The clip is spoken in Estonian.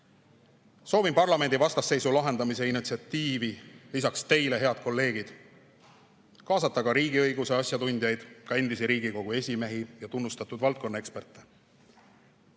Soovin parlamendi vastasseisu lahendamise initsiatiivi lisaks teile, head kolleegid, kaasata riigiõiguse asjatundjaid, ka endisi Riigikogu esimehi ja tunnustatud valdkonnaeksperte.